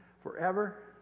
forever